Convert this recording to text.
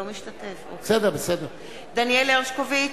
אינו משתתף בהצבעה דניאל הרשקוביץ,